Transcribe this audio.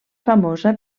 famosa